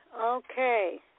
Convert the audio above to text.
Okay